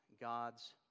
God's